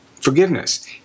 forgiveness